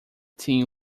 tin